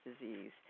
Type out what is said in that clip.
disease